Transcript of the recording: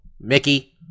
Mickey